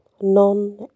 non